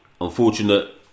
unfortunate